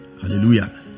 hallelujah